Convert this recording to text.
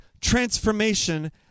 transformation